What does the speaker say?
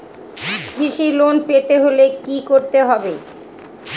কৃষি লোন পেতে হলে কি করতে হবে?